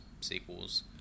sequels